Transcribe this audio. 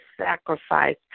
sacrifice